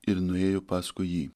ir nuėjo paskui jį